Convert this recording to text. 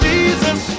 Jesus